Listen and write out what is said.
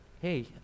hey